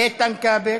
איתן כבל,